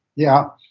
yeah.